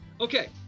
Okay